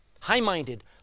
high-minded